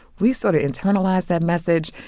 we sort of internalize that message.